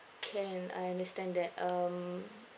can I understand that um